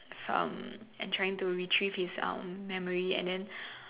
um and trying to retrieve his um memory and then